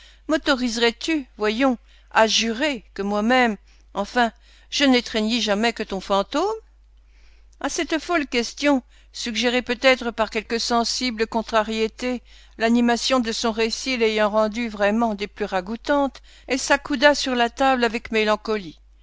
mautoriserais tu voyons à jurer que moi-même enfin je n'étreignis jamais que ton fantôme à cette folle question suggérée peut-être par quelque sensible contrariété l'animation de son récit l'ayant rendue vraiment des plus ragoûtantes elle s'accouda sur la table avec une mélancolie